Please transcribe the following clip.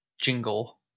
jingle